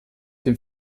dem